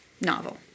novel